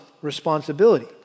responsibility